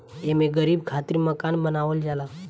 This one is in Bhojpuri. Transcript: एमे गरीब खातिर मकान बनावल जाला